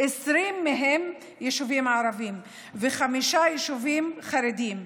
20 מהם יישובים ערביים וחמישה יישובים חרדיים.